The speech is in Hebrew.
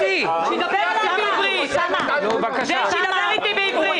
את מדברת איתי בעברית